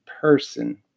person